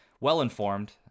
well-informed